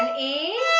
and e